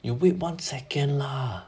you wait one second lah